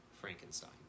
Frankenstein